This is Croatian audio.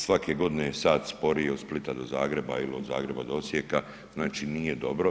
Svake godine sat sporije od Splita do Zagreba ili od Zagreba do Osijeka, znači nije dobro.